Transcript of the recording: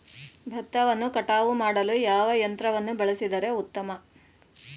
ಭತ್ತವನ್ನು ಕಟಾವು ಮಾಡಲು ಯಾವ ಯಂತ್ರವನ್ನು ಬಳಸಿದರೆ ಉತ್ತಮ?